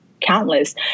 countless